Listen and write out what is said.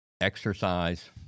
exercise